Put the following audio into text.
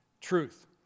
truth